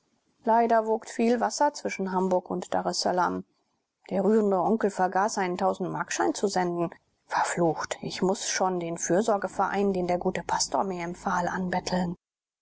leider wogt viel wasser zwischen hamburg und daressalam der rührende onkel vergaß einen tausendmarkschein zu senden verflucht ich muß schon den fürsorgeverein den der gute pastor mir empfahl anbetteln